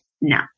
no